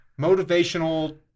motivational